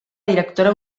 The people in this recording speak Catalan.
directora